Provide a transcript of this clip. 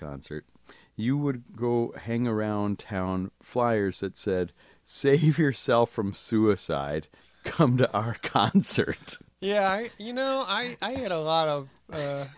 concert you would go hang around town flyers that said say yourself from suicide come to our concert yeah you know i i had a lot of